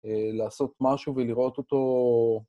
לעשות משהו ולראות אותו...